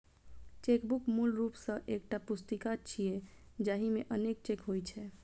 chequebook मूल रूप सं एकटा पुस्तिका छियै, जाहि मे अनेक चेक होइ छै